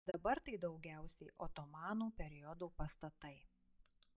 dabar tai daugiausiai otomanų periodo pastatai